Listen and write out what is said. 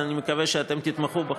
לכן אני מקווה שאתם תתמכו בחוק.